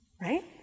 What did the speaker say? Right